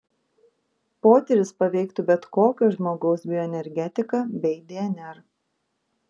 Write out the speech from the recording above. potyris paveiktų bet kokio žmogaus bioenergetiką bei dnr